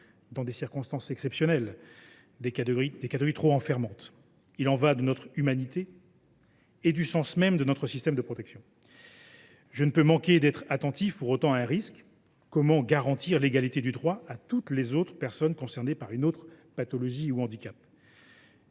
dans des circonstances exceptionnelles, des catégories qui nous enferment trop. Il y va de notre humanité et du sens même de notre système de protection. Pour autant, je ne peux manquer d’être attentif à un risque : comment garantir l’égalité du droit à toutes les personnes concernées par une autre pathologie ou un handicap ?